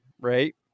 right